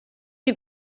you